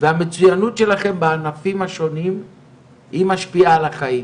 והמצוינות שלכם בענפים השונים היא משפיעה על החיים